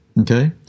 okay